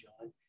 John